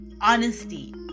honesty